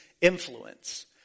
influence